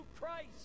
Christ